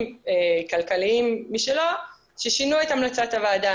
כלכליים משלו ששינו את המלצת הוועדה,